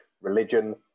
religion